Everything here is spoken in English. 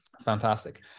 Fantastic